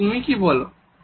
তবে তুমি কি বলো